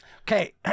Okay